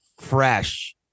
fresh